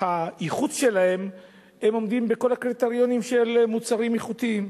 האיכות שלהם הם עומדים בכל הקריטריונים של מוצרים איכותיים.